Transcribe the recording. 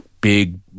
big